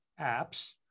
apps